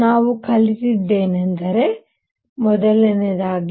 ನಾವು ಕಲಿತಿದ್ದೇನೆಂದರೆ 1